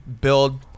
build